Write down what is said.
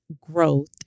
growth